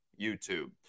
YouTube